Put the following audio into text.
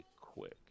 quick